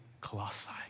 Colossae